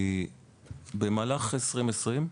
במהלך 2020,